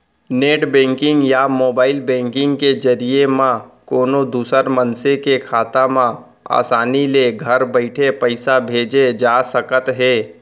net banking या mobile banking के जरिए म कोनों दूसर मनसे के खाता म आसानी ले घर बइठे पइसा भेजे जा सकत हे